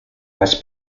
las